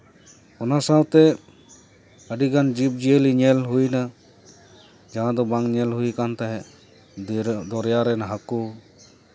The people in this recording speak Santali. ᱚᱱᱟ ᱥᱟᱶᱛᱮ ᱟᱹᱰᱤᱜᱟᱱ ᱡᱤᱵᱽ ᱡᱤᱭᱟᱹᱞᱤ ᱧᱮᱞ ᱦᱩᱭᱱᱟ ᱡᱟᱦᱟᱸ ᱫᱚ ᱵᱟᱝ ᱧᱮᱞ ᱦᱩᱭ ᱠᱟᱱ ᱛᱟᱦᱮᱸᱜ ᱫᱚᱨᱭᱟ ᱨᱮᱱ ᱦᱟᱹᱠᱩ